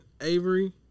Avery